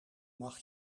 mag